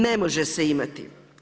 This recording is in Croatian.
Ne može se imati.